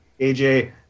AJ